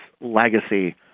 legacy